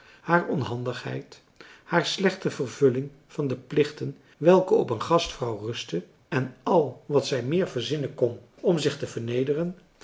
haar onhandigheid haar slechte vervulling van de plichmarcellus emants een drietal novellen ten welke op een gastvrouw rusten en al wat zij meer verzinnen kon om zich te vernederen